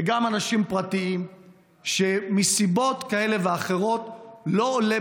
וגם אנשים פרטיים שמסיבות כאלה ואחרות לא עולה